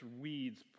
weeds